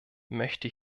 möchte